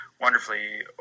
wonderfully